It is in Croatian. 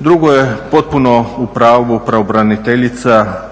Drugo je potpuno u pravu pravobraniteljica